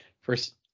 first